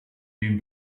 den